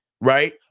right